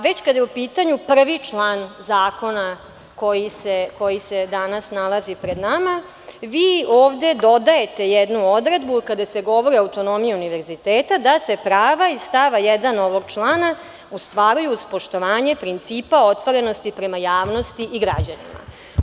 Već kada je u pitanju prvi član zakona koji se danas nalazi pred nama, vi ovde dodajte jednu odredbu kada se govori o autonomiji univerziteta, da se prava iz stava 1. ovog člana ostvaruju uz poštovanje principa otvorenosti prema javnosti i građanima.